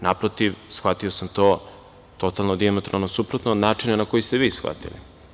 Naprotiv, shvatio sam to totalno dijametralno suprotno od načina na koji ste vi shvatili.